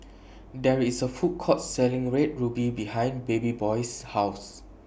There IS A Food Court Selling Red Ruby behind Babyboy's House